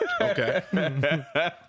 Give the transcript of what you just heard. Okay